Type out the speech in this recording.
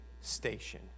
station